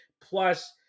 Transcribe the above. plus